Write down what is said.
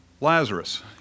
Lazarus